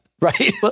Right